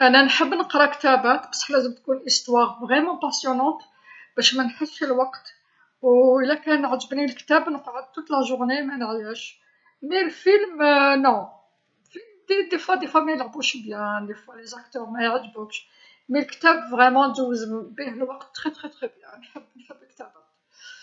﻿أنا نحب نقرا كتابات بصح لازم تكون ليستواغ فغيمون باسيونونت، باش مانحسش الوقت. ولاكان عجبني الكتاب نقعد توت لا جوغني مانعياش. مي الفيلم نون، د-ديفوا ديفوا مايلعبوش بيان، ديفوا لي زاكتوغ مايعحبوكش. مي الكتاب فغيمون تجوز بيه الوقت تخي تخي تخي بيان، نحب نحب الكتابات.